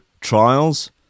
trials